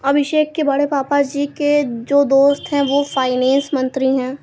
अभिषेक के बड़े पापा जी के जो दोस्त है वो फाइनेंस मंत्री है